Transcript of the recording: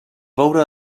veure